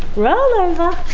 roll over.